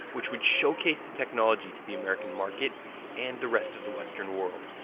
which would showcase the technology to the american market and the rest of the western world.